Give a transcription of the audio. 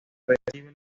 recibe